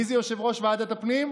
מי זה יושב-ראש ועדת הפנים?